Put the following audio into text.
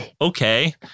Okay